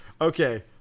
Okay